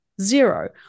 zero